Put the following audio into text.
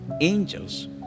angels